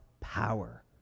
power